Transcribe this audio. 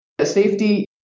Safety